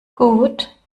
gut